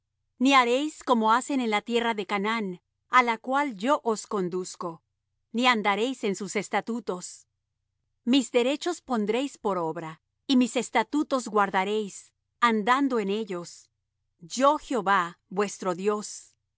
ni haréis como hacen en la tierra de canaán á la cual yo os conduzco ni andaréis en sus estatutos mis derechos pondréis por obra y mis estatutos guardaréis andando en ellos yo jehová vuestro dios